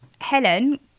Helen